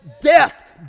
death